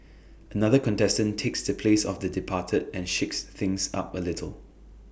another contestant takes the place of the departed and shakes things up A little